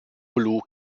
blu